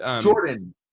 Jordan